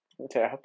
Okay